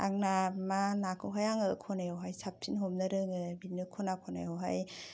आंना मा नाखौहाय आङो खनायाव हाय साबसिन हमनो रोङो बिदिनो खना खनायावहाय